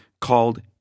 called